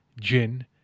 gin